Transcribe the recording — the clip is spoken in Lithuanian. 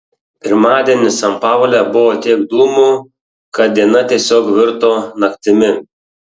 pirmadienį san paule buvo tiek dūmų kad diena tiesiog virto naktimi